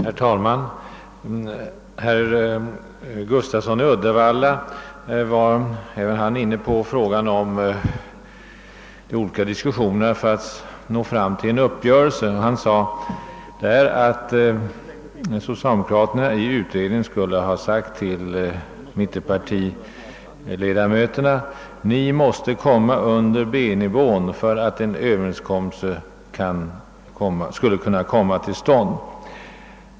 Herr talman! Herr Gustafsson i Uddevalla var inne på de diskussioner som förekom i försvarsfrågan och sade att socialdemokraterna i utredningen sagt till mittenpartiledamöterna: Ni måste komma under B-nivån om en överenskommelse skall kunna träffas.